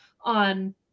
on